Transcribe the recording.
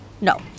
No